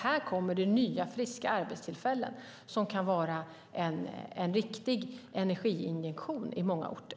Här kommer det nya och friska arbetstillfällen som kan vara en riktig energiinjektion på många orter.